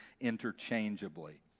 interchangeably